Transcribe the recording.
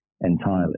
entirely